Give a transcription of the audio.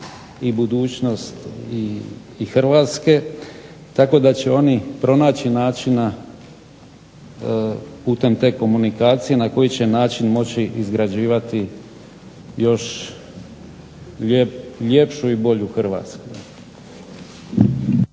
ei budućnost Hrvatske, tako da će oni pronaći načina putem te komunikacije na koji će način moći izgrađivati još ljepšu i bolju Hrvatsku.